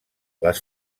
les